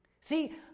See